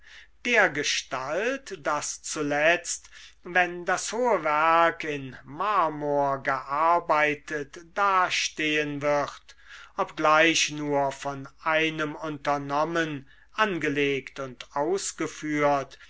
dergestalt daß zuletzt wenn das hohe werk in marmor gearbeitet dastehen wird obgleich nur von einem unternommen angelegt und ausgeführt